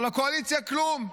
אבל הקואליציה, כלום.